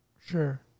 Sure